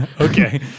okay